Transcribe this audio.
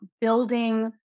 building